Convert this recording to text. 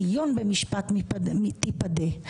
ציון במשפט תפדה.